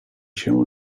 się